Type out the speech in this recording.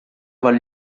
vale